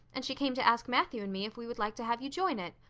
and she came to ask matthew and me if we would like to have you join it.